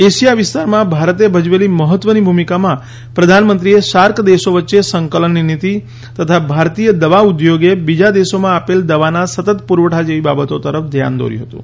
Asia વિસ્તારમાં ભારતે ભજવેલી મહત્વની ભૂમિકામાં પ્રધાનમંત્રીએ સાર્ક દેશો વચ્ચે સંકલનની નીતી તથા ભારતીય દવા ઉદ્યોગે બીજા દેશોમાં આપેલ દવાના સતત પુરવઠા જેવી બાબતો તરફ ધ્યાન દોર્યુ હતું